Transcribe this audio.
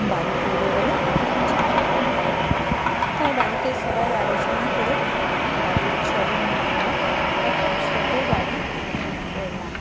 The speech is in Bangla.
বাড়ি ফিরবো বলে ঠিক করলাম তাই বাড়িতে সবাই আলোচনা করে বাড়ির ছজন মেম্বার একটা ছোট গাড়ি বুক করলাম